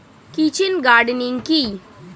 Kitchen gardening কি?